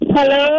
Hello